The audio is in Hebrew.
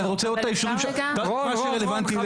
מה שרלוונטי